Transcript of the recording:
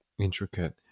intricate